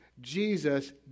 Jesus